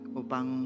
upang